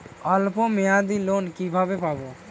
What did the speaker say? অল্প মেয়াদি লোন কিভাবে পাব?